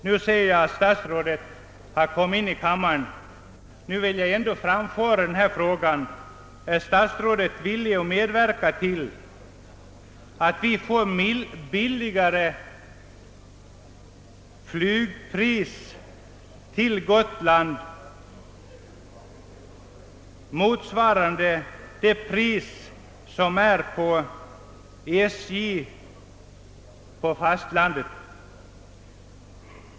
Nu ser jag att statsrådet kommit in i kammaren och jag vill därför upprepa min fråga: Är statsrådet villig att medverka till en sänkning av flygpriserna till Gotland, så att de kommer att motsvara SJ:s priser på fastlandet?